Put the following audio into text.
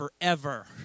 forever